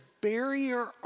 barrier